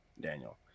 Daniel